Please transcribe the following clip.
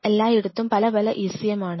എല്ലായിടത്തും പല പല ECM ആണ്